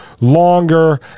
longer